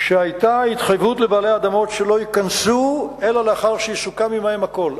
שהיתה התחייבות לבעלי האדמות שלא ייכנסו אלא לאחר שיסוכם עמם הכול.